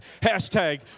hashtag